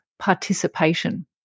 participation